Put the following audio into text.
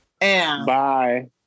Bye